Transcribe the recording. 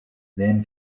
then